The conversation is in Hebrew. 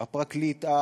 הפרקליט,